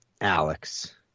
Alex